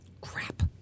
crap